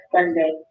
Sunday